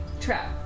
trap